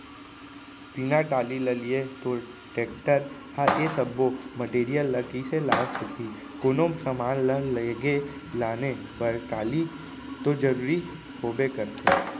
बिना टाली ल लिये तोर टेक्टर ह ए सब्बो मटेरियल ल कइसे लाय सकही, कोनो समान ल लेगे लाने बर टाली तो जरुरी होबे करथे